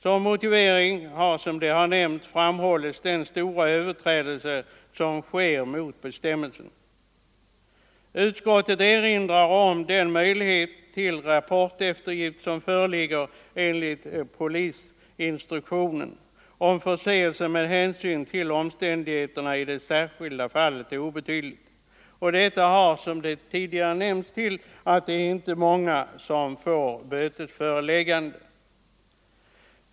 Som motivering framhålls den stora frekvensen av överträdelser mot bestämmelsen. Utskottet erinrar om den möjlighet till rapporteftergift som föreligger enligt polisinstruktionen, om förseelsen med hänsyn till omständigheterna i det särskilda fallet är obetydlig. Detta har såsom tidigare nämnts lett till att det inte är många som får bötesföreläggande.